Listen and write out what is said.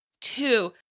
Two